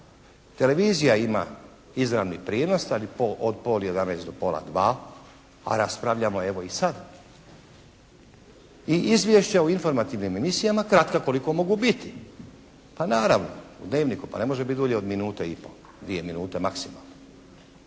Televizija ima izravni prijenos od pola 11 do pola 2, a raspravljamo evo i sad. I Izvješće o informativnim emisijama kratka koliko mogu biti. Pa naravno u "Dnevniku", pa ne može biti dulje od minute i po, dvije minute maksimalno.